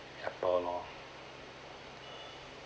Apple lor